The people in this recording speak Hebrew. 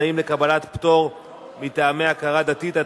תנאים לקבלת פטור מטעמי הכרה דתית),